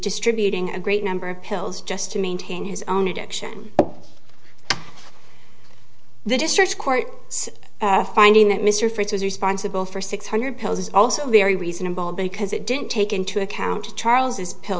distributing a great number of pills just to maintain his own addiction the district court finding that mr fritz was responsible for six hundred pills is also very reasonable because it didn't take into account charles's pill